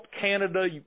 Canada